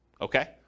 okay